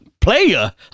player